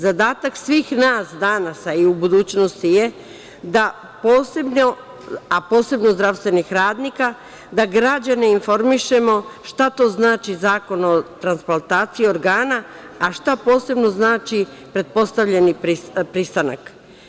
Zadatak svih nas danas, a i u budućnosti je da, a posebno zdravstvenih radnika, da građane informišemo šta to znači Zakon o transplantaciji organa, a šta posebno znači pretpostavljeni pristanak.